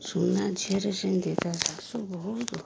ସୁନା ଝିଅରେ ସେମିତି ତା' ଶାଶୁ ବହୁତ ହଇରାଣ କରେ